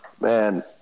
Man